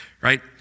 right